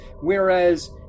Whereas